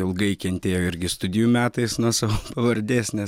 ilgai kentėjau irgi studijų metais nuo savo pavardės nes